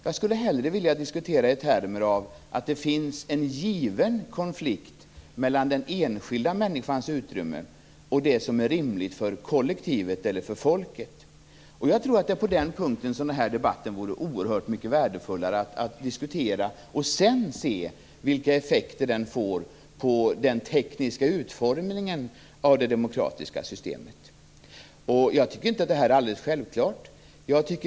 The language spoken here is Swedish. Jag skulle hellre vilja diskutera i termer av att det finns en given konflikt mellan den enskilda människans utrymme och det som är rimligt för kollektivet, för folket. Det är på den punkten som den här debatten vore oerhört mycket värdefullare att föra. Sedan kan man se vilka effekterna blir på den tekniska utformningen av det demokratiska systemet. Jag tycker inte att detta är alldeles självklart.